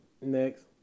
Next